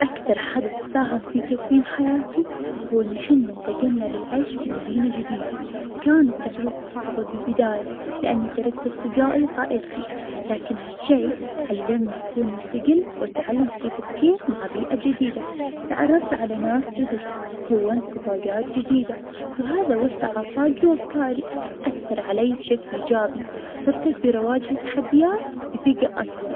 أكثر حدث ساهم في تكوين حياتي, هوا ان حنا انتقلنا للعيش في مدينة جديدة, كانت تجربة صعبة بالبداية, لأني تركت اصدجائي وعائلتي, لكن هالشي علمني اكون مستقل, وتعلمت كيف اتكيف مع بيئة جديدة, تعرفت على ناس جدد, كونت صداجات جديدة, وهذا وسع آفاجي أفكاري, أثر علي بشكل ايجابي, صرت أقدر أواجه التحديات بثجة أكبر.